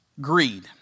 greed